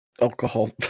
alcohol